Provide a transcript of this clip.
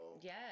yes